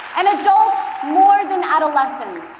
and adults more than adolescents.